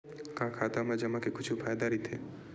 का खाता मा जमा के कुछु फ़ायदा राइथे?